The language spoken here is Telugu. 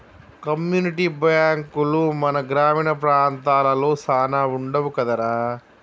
కమ్యూనిటీ బాంకులు మన గ్రామీణ ప్రాంతాలలో సాన వుండవు కదరా